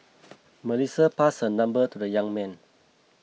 Melissa passed her number to the young man